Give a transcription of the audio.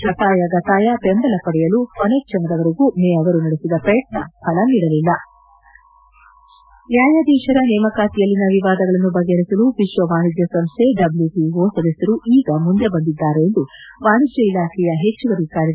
ಶತಾಯಗತಾಯ ಬೆಂಬಲ ಪಡೆಯಲು ಕೊನೆ ಕ್ಷಣದವರೆಗೂ ಮೇ ಅವರು ನಡೆಸಿದ ಪ್ರಯತ್ನ ಫಲ ನೀಡಲಿಲ್ಲ ನ್ಯಾಯಾಧೀಶರ ನೇಮಕಾತಿಯಲ್ಲಿನ ವಿವಾದಗಳನ್ನು ಬಗೆಹರಿಸಲು ವಿಶ್ವ ವಾಣಿಜ್ಯ ಸಂಸ್ವೆ ಡಬ್ಲ್ಯೂಟಿಒ ಸದಸ್ಯರು ಈ ಮುಂದೆ ಬಂದಿದ್ದಾರೆ ಎಂದು ವಾಣಿಜ್ಯ ಇಲಾಖೆಯ ಹೆಚ್ಚುವರಿ ಕಾರ್ಯದರ್ಶಿ ಸುಧನ್ನು ಪಾಂಡೆ ತಿಳಿಸಿದ್ದಾರೆ